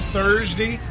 Thursday